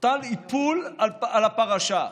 הוטל איפול על הפרשה,